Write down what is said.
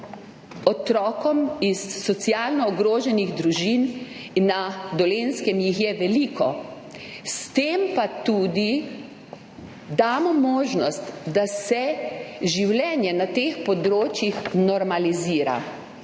otrokom iz socialno ogroženih družin, na Dolenjskem jih je veliko, s tem pa damo tudi možnost, da se življenje na teh področjih normalizira.